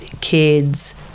kids